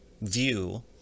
view